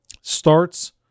starts